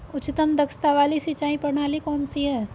उच्चतम दक्षता वाली सिंचाई प्रणाली कौन सी है?